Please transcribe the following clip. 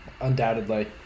undoubtedly